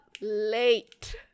late